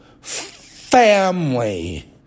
family